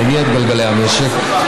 המניע את גלגלי המשק,